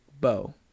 bow